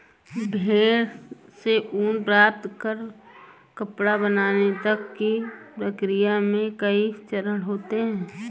भेड़ से ऊन प्राप्त कर कपड़ा बनाने तक की प्रक्रिया में कई चरण होते हैं